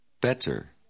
better